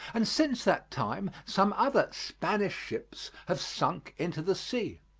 and since that time some other spanish ships have sunk into the sea.